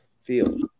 field